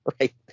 right